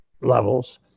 levels